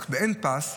אבל כשאין פס,